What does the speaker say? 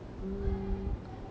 my biggest